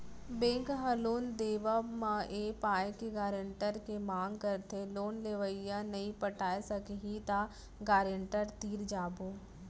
bank ह loan देवब म ए पाय के गारेंटर के मांग करथे लोन लेवइया नइ पटाय सकही त गारेंटर तीर जाबो